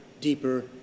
deeper